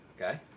Okay